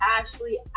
Ashley